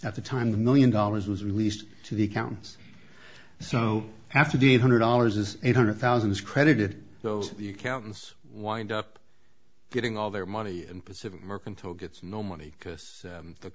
at the time the million dollars was released to the accounts so after the hundred dollars is eight hundred thousand is credited those the accountants wind up getting all their money and pacific mercantile gets no money because